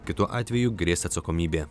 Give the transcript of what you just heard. kitu atveju grės atsakomybė